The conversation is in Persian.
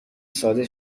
ساده